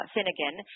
Finnegan